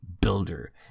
builder